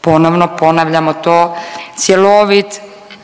ponovno ponavljamo to, cjelovit